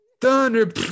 Thunder